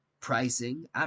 Pricing